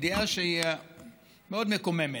ידיעה שהיא מאוד מקוממת,